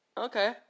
Okay